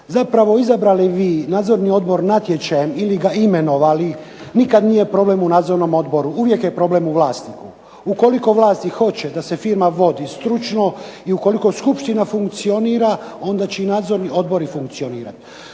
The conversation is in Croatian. Zapravo, izabrali vi nadzorni odbor natječajem ili ga imenovali nikad nije problem u nadzornom odboru, uvijek je problem u vlasniku. Ukoliko vlasnik hoće da se firma vodi stručno i ukoliko skupština funkcionira onda će i nadzorni odbori funkcionirati